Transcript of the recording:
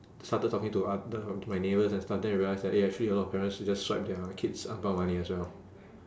started talking to other of my neighbours I started to realise that eh actually a lot of parents will just swipe their kid's ang pao money as well